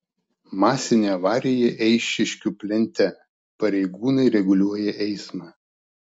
masinė avarija eišiškių plente pareigūnai reguliuoja eismą